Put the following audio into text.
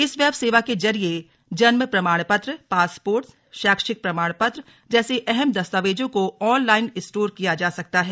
इस वेब सेवा के जरिये जन्म प्रमाण पत्र पासपोर्ट शैक्षणिक प्रमाण पत्र जैसे अहम दस्तावेजों को ऑनलाइन स्टोर किया जा सकता है